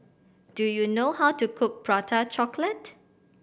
do you know how to cook Prata Chocolate